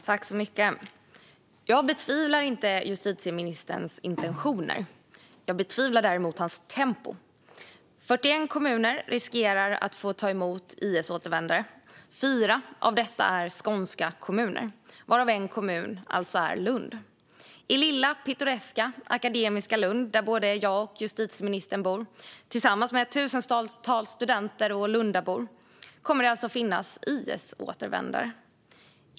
Herr talman! Jag ifrågasätter inte justitieministerns intentioner; jag ifrågasätter däremot hans tempo. 41 kommuner riskerar att få ta emot IS-återvändare. 4 av dessa är skånska kommuner, varav en kommun alltså är Lund. I lilla pittoreska, akademiska Lund, där både jag och justitieministern bor tillsammans med tusentals studenter och andra lundabor, kommer det alltså att finnas IS-återvändare.